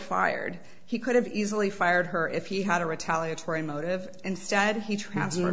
fired he could have easily fired her if he had a retaliatory motive instead he tra